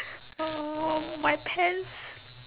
oh my pants